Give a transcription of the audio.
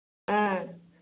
ꯑꯥ